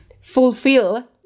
fulfill